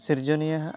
ᱥᱤᱨᱡᱚᱱᱤᱭᱟᱹᱣᱟᱜ